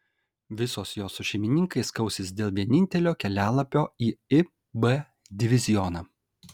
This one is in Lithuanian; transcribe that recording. visos jos su šeimininkais kausis dėl vienintelio kelialapio į ib divizioną